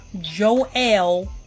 Joel